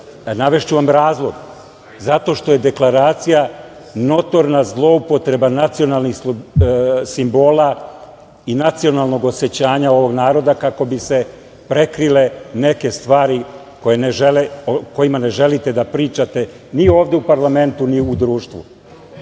navešću vam razlog - zato što je deklaracija notorna zloupotreba nacionalnih simbola i nacionalnog osećanja ovog naroda kako bi se prekrile neke stvari o kojima ne želite da pričate ni ovde u parlamentu, ni u društvu